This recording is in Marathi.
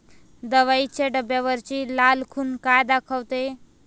दवाईच्या डब्यावरची लाल खून का दाखवते?